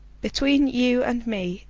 between you and me,